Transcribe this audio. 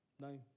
No